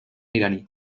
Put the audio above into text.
iraní